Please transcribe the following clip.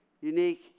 unique